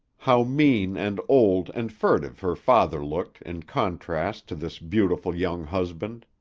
how mean and old and furtive her father looked in contrast to this beautiful young husband!